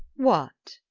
what?